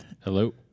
Hello